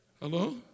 Hello